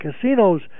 Casinos